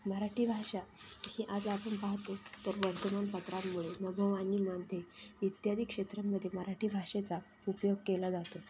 मराठी भाषा ही आज आपण पाहतो तर वर्तमानपत्रांमुळे नभोवानी मानते इत्यादी क्षेत्रांमध्ये मराठी भाषेचा उपयोग केला जातो